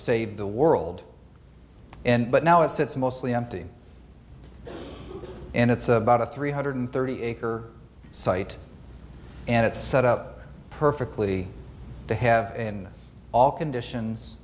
save the world and but now it's it's mostly empty and it's about a three hundred thirty acre site and it's set up perfectly to have in all conditions